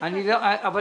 אני לא יודע.